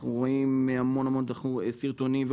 ואנחנו רואים הרבה סרטונים,